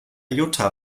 jutta